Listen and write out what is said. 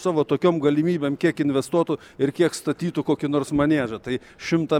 savo tokiom galimybėm kiek investuotų ir kiek statytų kokį nors maniežą tai šimtą